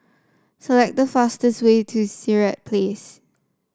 select the fastest way to Sirat Place